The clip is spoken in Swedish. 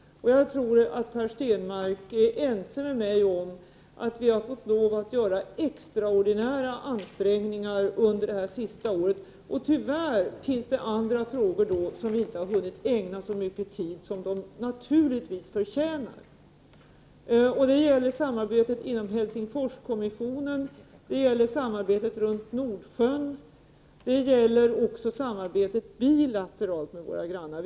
Jag tror Per Stenmarck är ense med mig om att vi fått lov att göra extraordinära ansträngningar under det senaste året. Tyvärr finns det andra frågor som vi då inte hunnit ägna så mycket tid som de förtjänat. Det gäller samarbetet inom Helsingforskommissionen, samarbetet runt Nordsjön och samarbetet bilateralt med våra grannar.